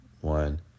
one